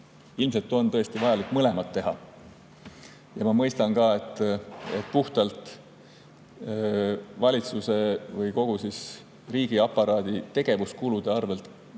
ilmselt on tõesti vajalik mõlemat teha. Ma mõistan ka, et puhtalt valitsuse või kogu riigiaparaadi tegevuskuludelt